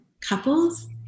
couples